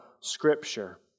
Scripture